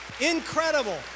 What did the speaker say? Incredible